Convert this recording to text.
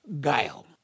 guile